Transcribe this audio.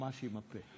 ממש עם הפה.